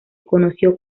conoció